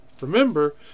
Remember